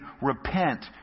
repent